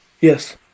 Yes